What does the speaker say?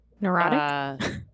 Neurotic